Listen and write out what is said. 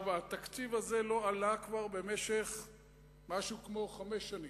התקציב הזה לא גדל כבר במשך כחמש שנים.